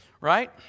Right